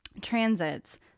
transits